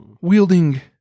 wielding